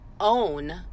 own